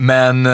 Men